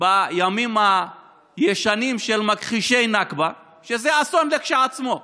בימים הישנים של מכחישי נכבה, שזה אסון כשלעצמו,